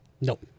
Nope